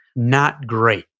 not great.